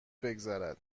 بگذرد